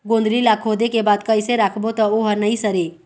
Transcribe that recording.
गोंदली ला खोदे के बाद कइसे राखबो त ओहर नई सरे?